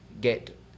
get